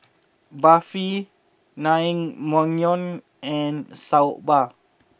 Barfi Naengmyeon and Soba